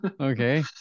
Okay